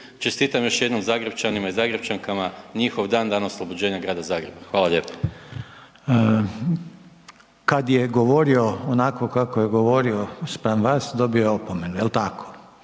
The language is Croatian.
Čestitam još jednom Zagrepčanima i Zagrepčankama njihov dan, Dan oslobođenja Grada Zagreba. Hvala lijepo. **Reiner, Željko (HDZ)** Kada je govorio onako kako je govorio spram vas dobio je opomenu jel tako.